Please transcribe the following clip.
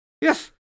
Yes